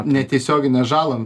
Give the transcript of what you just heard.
netiesioginę žalą